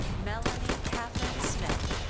melanie katherine smith.